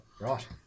Right